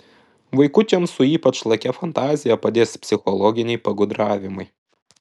vaikučiams su ypač lakia fantazija padės psichologiniai pagudravimai